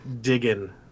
digging